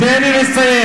תן לי לסיים.